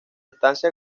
estancia